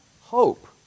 hope